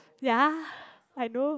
ya I know